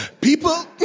People